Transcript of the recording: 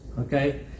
Okay